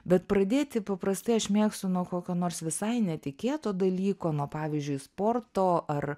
bet pradėti paprastai aš mėgstu nuo kokio nors visai netikėto dalyko nuo pavyzdžiui sporto ar